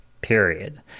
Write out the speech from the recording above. period